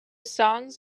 songs